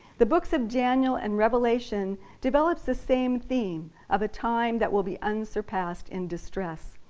the books of daniel and revelation develops the same theme of a time that will be unsurpassed in distress,